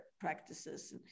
practices